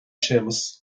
séamus